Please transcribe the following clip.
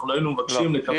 אנחנו היינו מבקשים מהם -- לא.